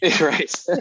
Right